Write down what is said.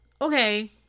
okay